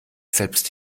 selbst